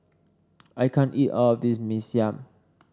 I can't eat all of this Mee Siam